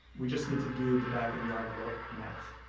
we just need to do the back of the envelope math.